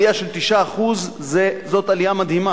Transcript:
עלייה של 9% זו עלייה מדהימה.